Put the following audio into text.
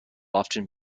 often